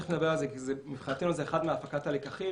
תיכף נדבר על זה כי מבחינתנו זה חלק מהפקת הלקחים,